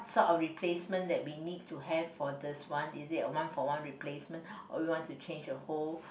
sort of replacement that we need to have for this one is it a one for one replacement or we want to change the whole